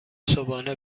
صبحانه